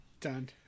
done